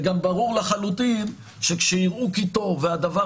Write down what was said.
וגם ברור לחלוטין שכאשר יראו כי טוב והדבר